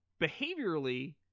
behaviorally